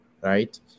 right